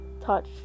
touch